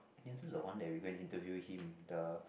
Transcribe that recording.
Yanzi is the one that we go and interview him the